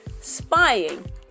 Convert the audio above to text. spying